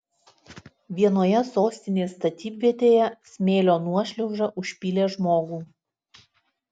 vienoje sostinės statybvietėje smėlio nuošliauža užpylė žmogų